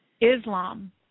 Islam